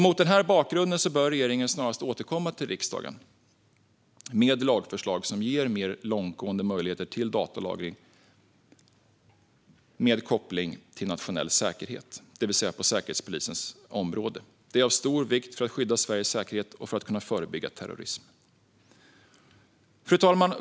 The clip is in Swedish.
Mot denna bakgrund bör regeringen snarast återkomma till riksdagen med lagförslag som ger mer långtgående möjligheter till datalagring med koppling till nationell säkerhet, det vill säga på Säkerhetspolisens område. Det är av stor vikt för att skydda Sveriges säkerhet och kunna förebygga terrorism. Fru talman!